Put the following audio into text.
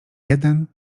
jeden